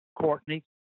Courtney